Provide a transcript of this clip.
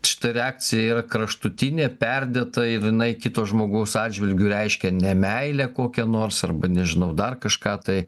šita reakcija yra kraštutinė perdėta ir jinai kito žmogaus atžvilgiu reiškia ne meilę kokią nors arba nežinau dar kažką tai